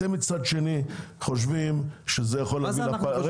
אתם מצד שני חושבים שזה יכול להביא להפלת הממשלה.